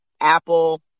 Apple